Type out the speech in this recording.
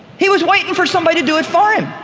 he was waiting for somebody to do it for him.